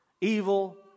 Evil